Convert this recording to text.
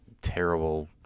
terrible